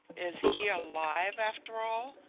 is he alive, after all?